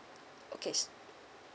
okay